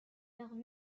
leurs